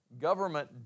government